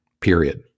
Period